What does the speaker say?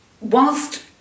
whilst